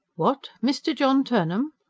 what? mr. john turnham?